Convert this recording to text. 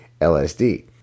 LSD